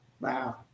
Wow